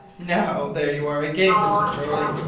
now, there you are again, mr. jeorling!